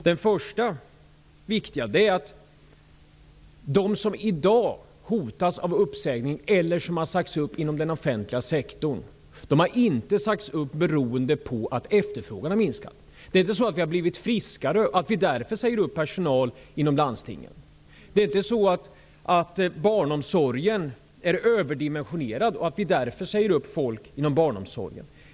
Den första viktiga skillnaden är att det inte beror på att efterfrågan har minskat som de anställda inom den offentliga sektorn i dag hotas av uppsägning eller har sagts upp. Det är inte så att vi har blivit friskare och därför säger upp personal inom landstingen. Det är inte så att barnomsorgen är överdimensionerad och att vi därför säger upp folk inom barnomsorgen.